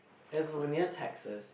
is near Texas